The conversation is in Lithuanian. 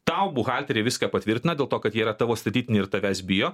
tau buhalteriai viską patvirtina dėl to kad jie yra tavo statytiniai ir tavęs bijo